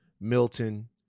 Milton